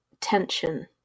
tension